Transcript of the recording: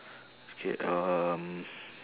okay um